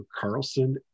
Carlson-